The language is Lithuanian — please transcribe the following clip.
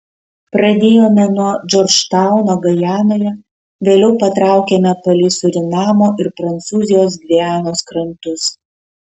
pradėjome nuo džordžtauno gajanoje vėliau patraukėme palei surinamo ir prancūzijos gvianos krantus